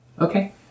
Okay